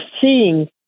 seeing